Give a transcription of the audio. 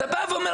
אתה בא ואומר,